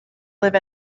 live